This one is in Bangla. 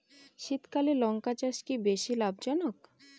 শীতকালে লঙ্কা চাষ কি বেশী লাভজনক?